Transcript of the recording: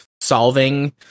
solving